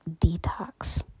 Detox